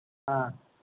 ஆ